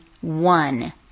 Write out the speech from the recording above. one